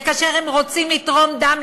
וכאשר הם רוצים לתרום דם,